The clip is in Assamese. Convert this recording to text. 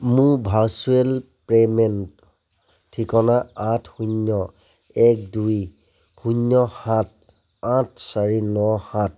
মোৰ ভাৰ্চুৱেল পে'মেণ্ট ঠিকনা আঠ শূন্য এক দুই শূন্য সাত আঠ চাৰি ন সাত